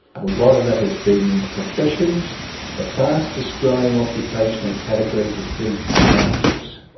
a lot of it has been in the professions the fastest growing occupational category has been managers.